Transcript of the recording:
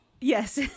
yes